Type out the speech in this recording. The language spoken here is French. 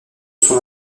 son